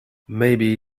maybe